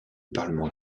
parlement